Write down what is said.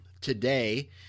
today